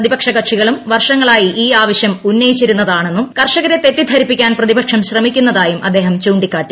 പ്രതിപക്ഷ കക്ഷികളും വർഷങ്ങളായി ഈ ആവശ്യം ഉന്നയിച്ചിരുന്നത് ആണെന്നും കർഷകരെ തെറ്റിദ്ധരിപ്പിക്കാൻ പ്രതിപക്ഷം ശ്രമിക്കുന്നതായും അദ്ദേഹം ചൂണ്ടിക്കാട്ടി